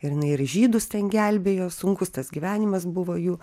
ir jinai ir žydus ten gelbėjo sunkus tas gyvenimas buvo jų